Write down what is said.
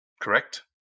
correct